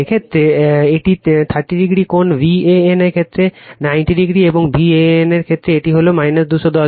এর ক্ষেত্রে এটি 30o কোণ Van ক্ষেত্রে এটি 90o এবং Van ক্ষেত্রে এটি হল 210o